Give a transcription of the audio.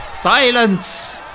Silence